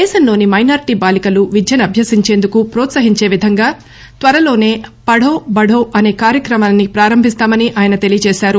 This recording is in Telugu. దేశంలోని మైనార్టీ బాలికలు విద్యనంభ్యసించేందుకు ప్రోత్సహించే విధంగా త్వరలోనే ఫడో బడో అనే కార్యక్రమాన్ని ప్రారంభిస్తామని తెలియజేశారు